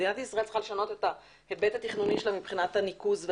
מדינת ישראל צריכה לשנות את ההיבט התכנוני שלה מבחינת הניקוז.